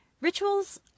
Rituals